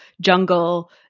jungle